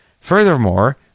Furthermore